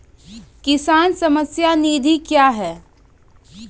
किसान सम्मान निधि क्या हैं?